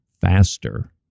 faster